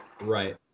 right